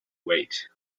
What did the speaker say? wait